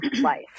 life